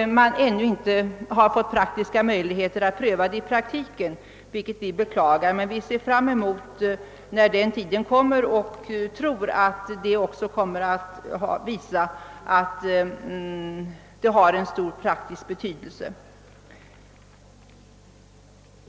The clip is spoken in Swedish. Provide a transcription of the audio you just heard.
har man ännu inte fått möjlighet att pröva det i praktiken, vilket vi beklagar. Vi ser emellertid fram emot hur verksamheten kommer att utfalla och tror att den kommer att visa sig få en positiv effekt.